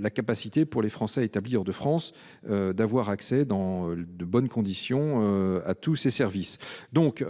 la capacité, pour les Français établis hors de France, d'avoir accès, dans de bonnes conditions, à tous ces services. Cette